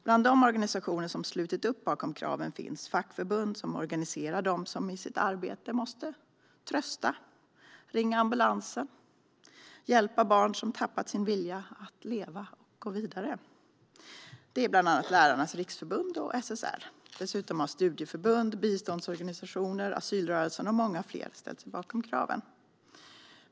Bland de organisationer som slutit upp bakom kraven finns fackförbund som organiserar dem som i sitt arbete måste trösta, ringa ambulans och hjälpa barn som tappat sin vilja att leva och gå vidare. Det är bland annat Lärarnas riksförbund och SSR. Dessutom har studieförbund, biståndsorganisationer, asylrörelsen och många fler ställt sig bakom kraven.